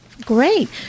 Great